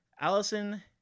Allison